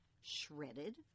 shredded